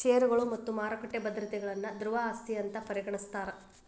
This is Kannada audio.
ಷೇರುಗಳು ಮತ್ತ ಮಾರುಕಟ್ಟಿ ಭದ್ರತೆಗಳನ್ನ ದ್ರವ ಆಸ್ತಿ ಅಂತ್ ಪರಿಗಣಿಸ್ತಾರ್